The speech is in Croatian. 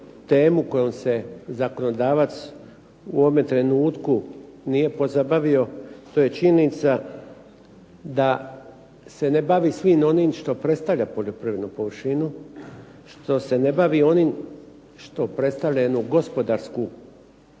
kojom se zakonodavac u ovome trenutku nije pozabavio to je činjenica da se ne bavi svim onim što predstavlja poljoprivrednu površinu, što se ne bavi onim što predstavlja jednu gospodarsku